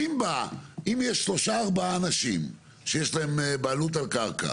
אם יש שלושה-ארבעה אנשים שיש להם בעלות על קרקע